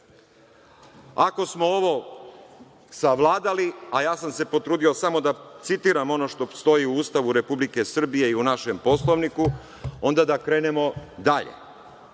Ako smo ovo savladali, a ja sam se potrudio samo da citiram ono što stoji u Ustavu Republike Srbije i u našem Poslovniku onda da krenemo